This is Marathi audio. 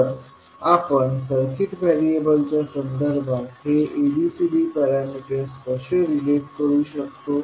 तर आपण सर्किट व्हेरिएबल्सच्या संदर्भात हे ABCD पॅरामीटर्सशी कसे रिलेट करू शकतो